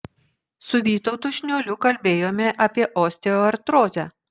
su vytautu šniuoliu kalbėjome apie osteoartrozę